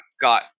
got